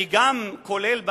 אני גם כולל,